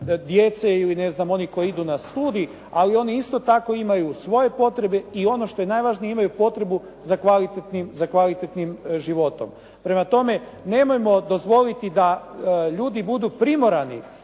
djece ili ne znam onih koji idu na studij. Ali oni isto tako imaju svoje potrebe i ono što je najvažnije imaju potrebu za kvalitetnim životom. Prema tome, nemojmo dozvoliti da ljudi budu primorani